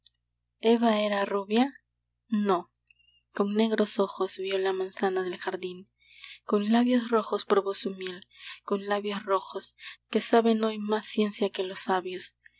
eva era rubia no con negros ojos vió la manzana del jardín con labios rojos probó su miel con labios rojos que saben hoy más ciencia que los sabios